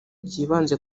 byibanze